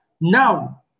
Now